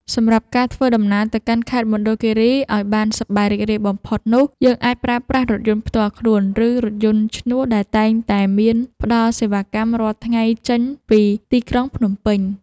សម្រាប់ការធ្វើដំណើរទៅកាន់ខេត្តមណ្ឌលគីរីឱ្យបានសប្បាយរីករាយបំផុតនោះយើងអាចប្រើប្រាស់រថយន្តផ្ទាល់ខ្លួន ឬ រថយន្តឈ្នួលដែលតែងតែមានផ្តល់សេវាកម្មរាល់ថ្ងៃចេញពីទីក្រុងភ្នំពេញ។